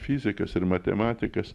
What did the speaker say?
fizikas ir matematikas